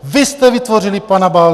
Vy jste vytvořili pana Baldu!